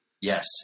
Yes